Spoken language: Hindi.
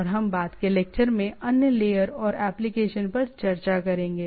और हम बाद के लेक्चर में अन्य लेयरऔर एप्लीकेशन पर चर्चा करेंगे